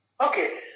Okay